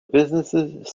businesses